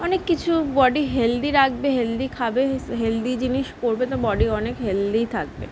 অনেক কিছু body healthy রাখবে হেলদি খাবে হেলদি জিনিস করবে তো বডি অনেক হেলদি থাকবে